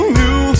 new